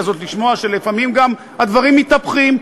הזאת לשמוע שלפעמים גם הדברים מתהפכים.